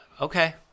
okay